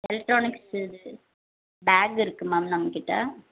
electronics இது பேக்கு இருக்குது மேம் நம்மக்கிட்ட